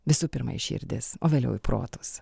visų pirma į širdis o vėliau į protus